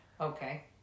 Okay